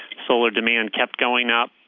solar demand kept going up,